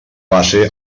base